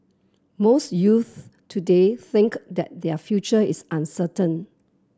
most youths today think that their future is uncertain